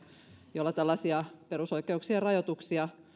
joilla tällaisia perusoikeuksien rajoituksia